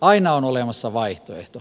aina on olemassa vaihtoehto